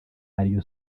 ariyo